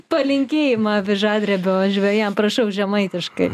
palinkėjimą avižadrebio žvejam prašau žemaitiškai